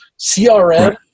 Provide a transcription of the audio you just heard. CRM